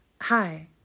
hi